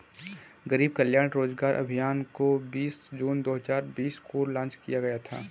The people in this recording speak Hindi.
गरीब कल्याण रोजगार अभियान को बीस जून दो हजार बीस को लान्च किया गया था